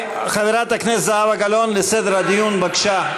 חברת הכנסת זהבה גלאון, לסדר הדיון, בבקשה.